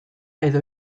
edo